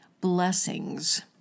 blessings